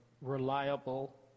reliable